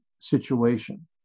situation